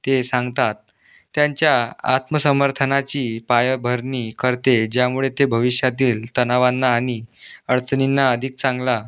ते सांगतात त्यांच्या आत्मसमर्थनाची पायाभरणी करते ज्यामुळे ते भविष्यातील तणावांना आणि अडचणींना अधिक चांगला